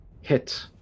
hit